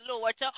Lord